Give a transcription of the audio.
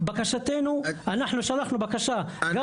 אנחנו שלחנו בקשה גם